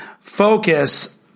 focus